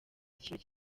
ikintu